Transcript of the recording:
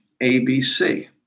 ABC